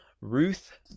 Ruth